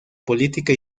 política